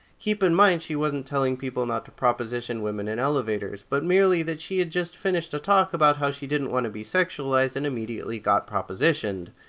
keep in mind, she wasn't telling people not to proposition women in elevators, but merely that she had just finished a talk about how she didn't want to be sexualized and immediately got propositioned.